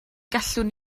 gallwn